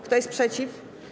Kto jest przeciw?